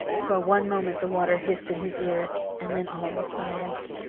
for one moment the water hissed in his ears, and then all was silent.